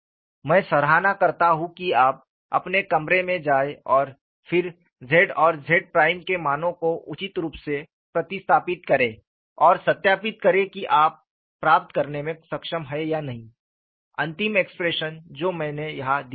मैं सराहना करता हूं कि आप अपने कमरे में जाएं और फिर Z और Z प्राइम के मानों को उचित रूप से प्रतिस्थापित करें और सत्यापित करें कि आप प्राप्त करने में सक्षम हैं या नहीं अंतिम एक्सप्रेशन जो मैंने यहाँ दिखाया है